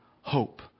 hope